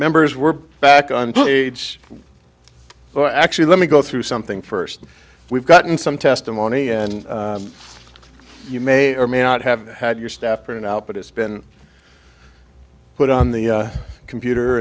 members were back on page four actually let me go through something first we've gotten some testimony and you may or may not have had your staff printed out but it's been put on the computer